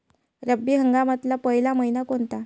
रब्बी हंगामातला पयला मइना कोनता?